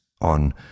on